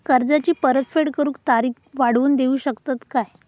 कर्जाची परत फेड करूक तारीख वाढवून देऊ शकतत काय?